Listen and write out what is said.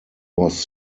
was